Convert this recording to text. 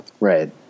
Right